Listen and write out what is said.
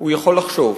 / הוא יכול לחשוב".